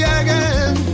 again